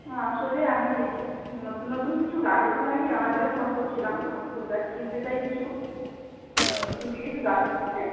হ্যাঁ আসলে আমি নতুন নতুন কিছু গাছ এসেছে না কি জানার জন্য ফোন করছিলাম ফুল গাছ কিনতে চাই কিছু নতুন কি কিছু গাছ এসছে